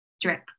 drip